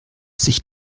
sich